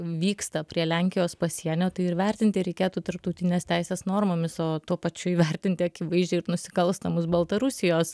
vyksta prie lenkijos pasienio tai ir vertinti reikėtų tarptautinės teisės normomis o tuo pačiu įvertinti akivaizdžiai ir nusikalstamus baltarusijos